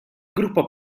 gruppo